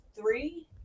three